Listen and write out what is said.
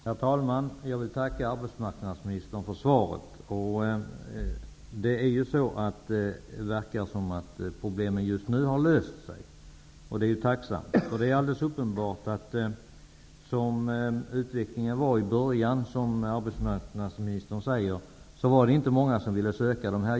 Herr talman! Jag vill tacka arbetsmarknadsministern för svaret. Det verkar som om problemen just nu har lösts. Det är tacksamt. I början var det inte många som ville söka dessa jobb, som arbetsmarknadsministern också sade.